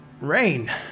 Rain